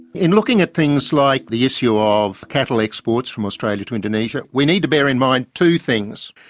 in looking at things like the issue ah of cattle exports from australia to indonesia, we need to bear in mind two things.